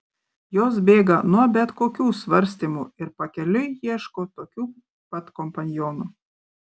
jos bėga nuo bet kokių svarstymų ir pakeliui ieško tokių pat kompanionų